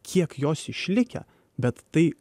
kiek jos išlikę bet tai